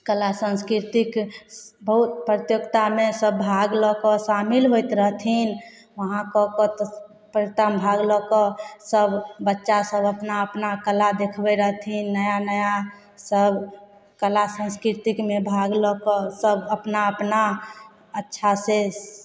कला संस्कीर्तिक बहुत प्रतियोगिता शमे सब भाग लऽ कऽ शामिल होइत रहथिन वहाँ कऽ कऽ भाग लऽ कऽ सब बच्चा सब अपना अपना कला देखबै रहथिन नया नया सब कला संस्कीर्तिकमे भाग लऽ कऽ सब अपना अपना अच्छा से